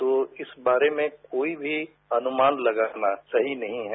तो इस बारे में कोई भी अनुमान लगाना सही नहीं है